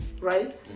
right